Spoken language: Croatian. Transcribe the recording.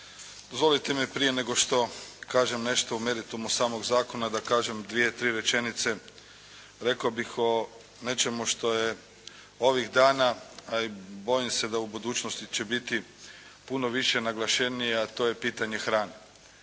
Dozvolite mi prije nego što kažem nešto o meritumu samog zakona da kažem dvije, tri rečenice rekao bih o nečemu što je ovih dana, a bojim se da i u budućnosti će biti puno više naglašenije, a to je pitanje hrane.